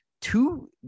two